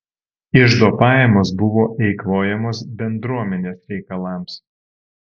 iždo pajamos buvo eikvojamos bendruomenės reikalams